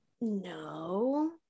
No